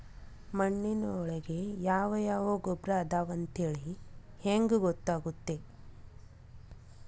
ಮಣ್ಣಿನೊಳಗೆ ಯಾವ ಯಾವ ಗೊಬ್ಬರ ಅದಾವ ಅಂತೇಳಿ ಹೆಂಗ್ ಗೊತ್ತಾಗುತ್ತೆ?